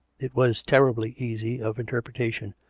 it was terribly easy of interpretation.